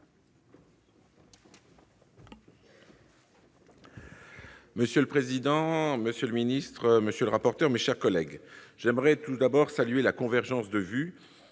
Monsieur le président, monsieur le secrétaire d'État, mes chers collègues, j'aimerais tout d'abord saluer la convergence de vues